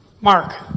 Mark